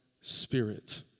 spirit